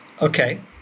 Okay